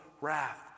wrath